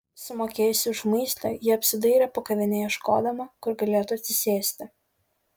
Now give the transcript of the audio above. sumokėjusi už maistą ji apsidairė po kavinę ieškodama kur galėtų atsisėsti